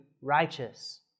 righteous